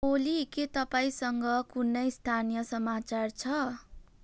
ओली के तपाईँसँग कुनै स्थानीय समाचार छ